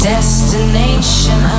Destination